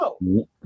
No